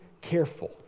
careful